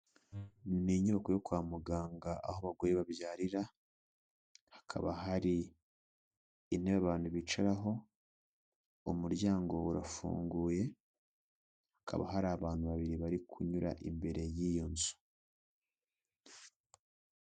Ni inyubako yo kwa muganga aho abagore babyarira, hakaba hari intebe abantu bicaraho, umuryango urafunguye, hakaba hari abantu babiri bari kunyura imbere y'iyo nzu.